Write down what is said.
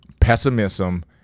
Pessimism